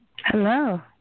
Hello